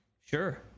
sure